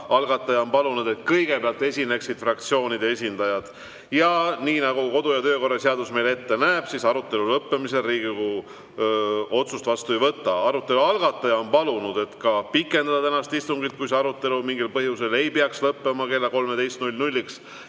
algataja on palunud, et kõigepealt esineksid fraktsioonide esindajad. Nii nagu kodu‑ ja töökorra seadus ette näeb, arutelu lõppemisel Riigikogu otsust vastu ei võta. Arutelu algataja on palunud ka pikendada tänast istungit, kui see arutelu mingil põhjusel ei peaks lõppema kella 13‑ks.